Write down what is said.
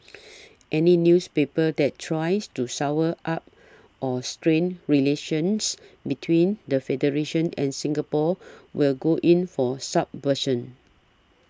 any newspaper that tries to sour up or strain relations between the Federation and Singapore will go in for subversion